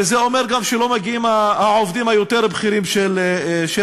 וזה אומר גם שלא מגיעים העובדים היותר-בכירים של המשרד.